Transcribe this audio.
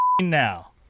Now